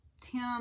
Tim